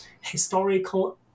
historical